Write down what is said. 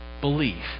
belief